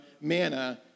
manna